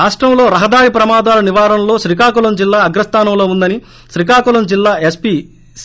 రాష్టంలో రహదారి ప్రమాదాల నివారణలో శ్రీకాకుళం జిల్లా అగ్రస్టానంలో ఉందని శ్రీకాకుళం జిల్లా ఎస్పి సి